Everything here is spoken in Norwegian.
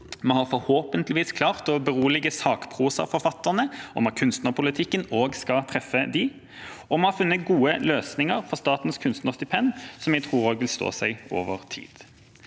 Vi har forhåpentligvis klart å berolige sakprosaforfatterne om at kunstnerpolitikken også skal treffe dem. – Vi har også funnet gode løsninger for statens kunstnerstipend som jeg tror vil stå seg over tid.